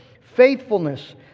faithfulness